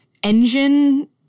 engine